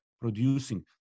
producing